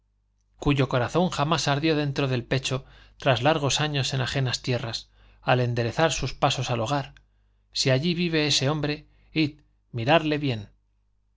cuyo corazón jamás ardió dentro del pecho tras largos años en ajenas tierras al enderezar sus pasos al hogar si allí vive ese hombre id miradle bien